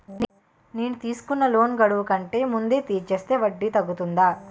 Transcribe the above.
నేను తీసుకున్న లోన్ గడువు కంటే ముందే తీర్చేస్తే వడ్డీ తగ్గుతుందా?